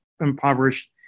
impoverished